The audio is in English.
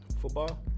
Football